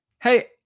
Hey